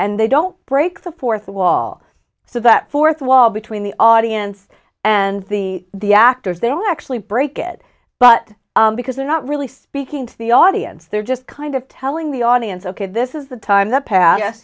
and they don't break the fourth wall so that fourth wall between the audience and the the actors they don't actually break it but because they're not really speaking to the audience they're just kind of telling the audience ok this is the time that pass